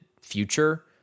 future